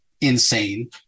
insane